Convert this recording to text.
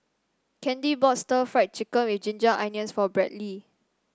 Candy bought Stir Fried Chicken with Ginger Onions for Bradley